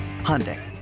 Hyundai